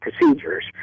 procedures